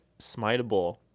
smiteable